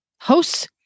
hosts